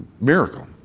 Miracle